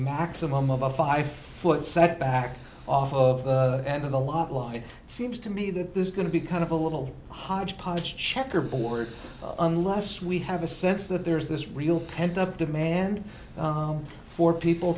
maximum of a five foot setback off of the end of the lot line seems to me that this is going to be kind of a little hodgepodge checkerboard unless we have a sense that there's this real pent up demand for people